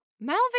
Malvin